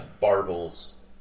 barbels